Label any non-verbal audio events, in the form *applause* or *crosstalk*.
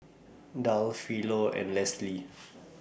Darl Philo and Leslie *noise*